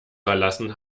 verlassen